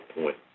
point